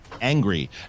angry